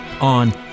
on